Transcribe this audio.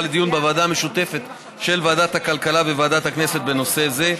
לדיון בוועדה המשותפת של ועדת הכלכלה וועדת הכנסת בנושא זה.